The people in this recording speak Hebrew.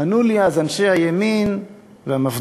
ענו לי אז אנשי הימין והמפד"ל,